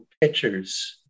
pictures